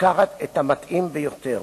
לקחת את המתאים ביותר,